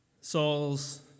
Saul's